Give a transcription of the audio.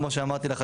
כמו שאמרתי לך,